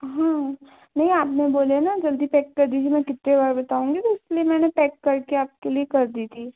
हाँ नहीं आपने बोले न जल्दी पैक कर दीजिए मैं कितने बार बताऊँगी वो इसलिए मैंने पैक करके आपके लिए कर दी थी